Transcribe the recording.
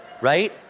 Right